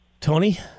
Tony